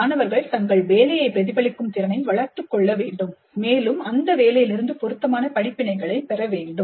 மாணவர்கள் தங்கள் வேலையைப் பிரதிபலிக்கும் திறனை வளர்த்துக் கொள்ள வேண்டும் மேலும் அந்த வேலையிலிருந்து பொருத்தமான படிப்பினைகளைப் பெற வேண்டும்